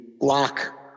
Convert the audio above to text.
lock